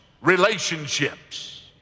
relationships